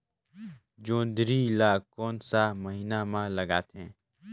जोंदरी ला कोन सा महीन मां लगथे?